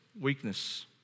weakness